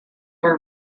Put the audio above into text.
were